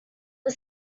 are